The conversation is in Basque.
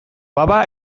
baba